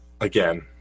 Again